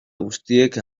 guztiek